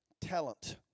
talent